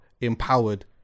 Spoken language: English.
empowered